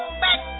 back